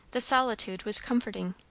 the solitude was comforting.